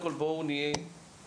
אנחנו רואים פה את הירידה,